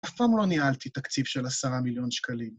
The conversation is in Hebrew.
אף פעם לא ניהלתי תקציב של עשרה מיליון שקלים.